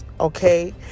Okay